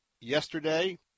Yesterday